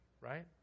right